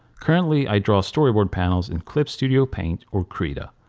currently i draw storyboard panels in clip studio paint or krita.